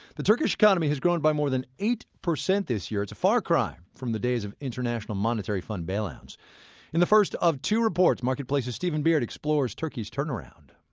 the turkish economy has grown by more than eight percent this year. it's a far cry from the days of international monetary fund bailouts in the first of two reports, marketplace's stephen beard explores turkey's turnaround